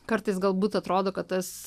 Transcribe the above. kartais galbūt atrodo kad tas